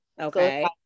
Okay